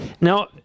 Now